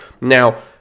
Now